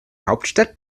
hauptstadt